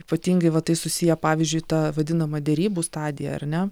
ypatingai va tai susiję pavyzdžiui ta vadinama derybų stadija ar ne